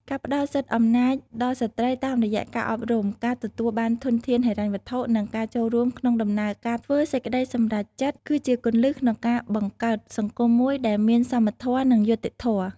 ការផ្តល់សិទ្ធិអំណាចដល់ស្ត្រីតាមរយៈការអប់រំ ការទទួលបានធនធានហិរញ្ញវត្ថុ និងការចូលរួមក្នុងដំណើរការធ្វើសេចក្តីសម្រេចចិត្ត គឺជាគន្លឹះក្នុងការបង្កើតសង្គមមួយដែលមានសមធម៌ និងយុត្តិធម៌។